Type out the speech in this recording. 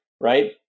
right